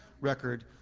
record